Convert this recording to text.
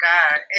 God